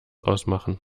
ausmachen